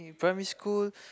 primary school